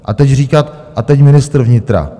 A teď říkat a teď ministr vnitra...